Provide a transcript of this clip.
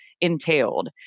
entailed